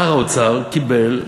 שר האוצר קיבל משק,